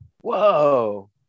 whoa